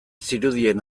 zirudien